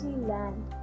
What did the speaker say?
land